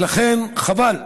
לכן, חבל.